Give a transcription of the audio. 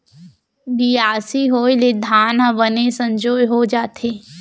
बियासी होय ले धान ह बने संजोए हो जाथे